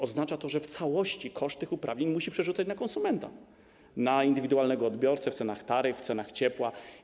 Oznacza to, że w całości koszt tych uprawnień musi przerzucać na konsumenta, na indywidualnego odbiorcę - w cenach taryf, w cenach ciepła.